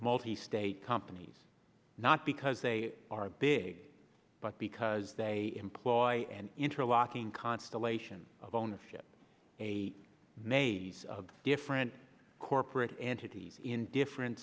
multi state companies not because they are big but because they employ an interlocking constellation of ownership a maze of different corporate entities in different